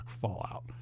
Fallout